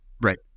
right